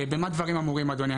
במה דברים אמורים אדוני?